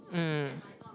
mm